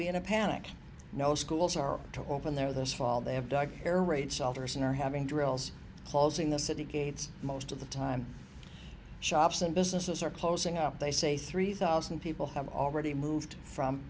be in a panic no schools are open there this fall they have dug air raid shelters and are having drills closing the city gates most of the time shops and businesses are closing up they say three thousand people have already moved from